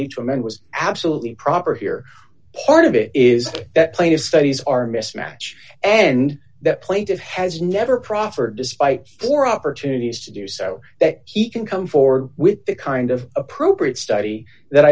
each woman was absolutely proper here part of it is that plate of studies are mismatch and that plaintive has never proffered despite or opportunities to do so that he can come forward with the kind of appropriate study that